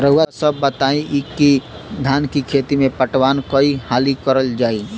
रउवा सभे इ बताईं की धान के खेती में पटवान कई हाली करल जाई?